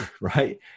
right